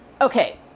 okay